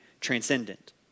transcendent